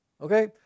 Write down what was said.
Okay